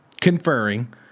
conferring